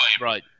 right